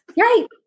Right